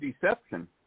deception